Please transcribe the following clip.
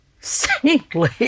saintly